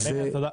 תודה.